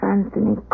Anthony